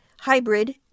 hybrid